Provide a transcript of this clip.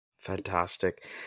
Fantastic